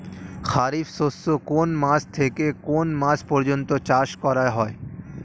খারিফ শস্য কোন মাস থেকে কোন মাস পর্যন্ত চাষ করা হয়?